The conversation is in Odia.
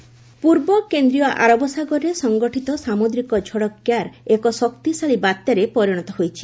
ସାଇକ୍ଲୋନ୍ ପୂର୍ବ କେନ୍ଦ୍ରୀୟ ଆରବ ସାଗରରେ ସଂଗଠିତ ସାମୁଦ୍ରିକ ଝଡ଼ କ୍ୟାର୍ ଏକ ଶକ୍ତିଶାଳୀ ବାତ୍ୟାରେ ପରିଣତ ହୋଇଛି